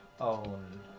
own